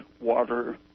water